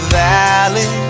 valley